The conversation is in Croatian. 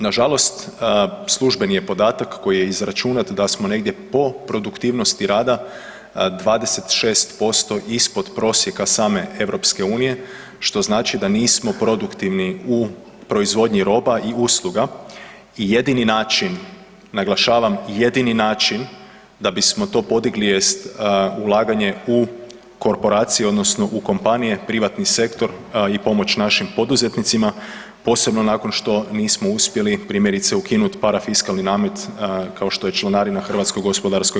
Nažalost, službeni je podatak koji je izračunat da smo negdje po produktivnosti rada 26% ispod prosjeka same EU što znači da nismo produktivni u proizvodnji roba i usluga i jedini način, naglašavam jedini način da bismo to podigli jest ulaganje u korporacije odnosno u kompanije privatni sektor i pomoć našim poduzetnicima, posebno nakon što nismo uspjeli primjerice ukinut parafiskalni namet kao što je članarina HGK-u.